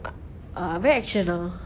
a~ ah very action ah